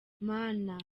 mana